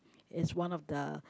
is one of the